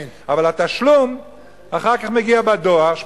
אבל התשלום אחר כך מגיע בדואר,